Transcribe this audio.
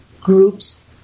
groups